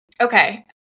okay